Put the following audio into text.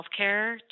healthcare